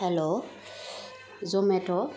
hello Zomato